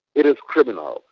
it is criminal,